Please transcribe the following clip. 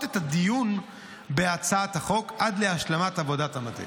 את הדיון בהצעת החוק עד להשלמת עבודת המטה.